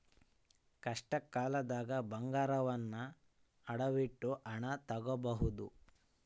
ಕಷ್ಟಕಾಲ್ದಗ ಬಂಗಾರವನ್ನ ಅಡವಿಟ್ಟು ಹಣ ತೊಗೋಬಹುದು